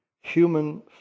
human